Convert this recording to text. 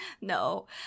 no